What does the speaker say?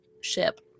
Ship